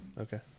Okay